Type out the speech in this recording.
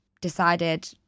decided